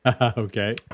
Okay